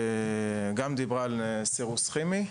שדיברה על סירוס כימי,